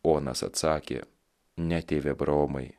ponas atsakė ne tėve abraomai